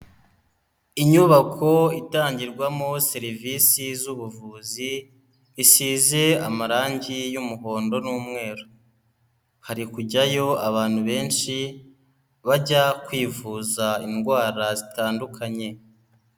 Inyubako itangirwamo serivisi z'ubuvuzi, isize amarangi y'umuhondo n'umweru, hari kujyayo abantu benshi, bajya kwivuza indwara zitandukanye.